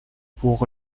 pour